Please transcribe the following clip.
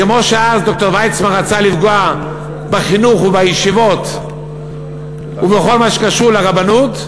כמו שאז ד"ר ויצמן רצה לפגוע בחינוך ובישיבות ובכל מה שקשור לרבנות,